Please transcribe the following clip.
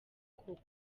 koko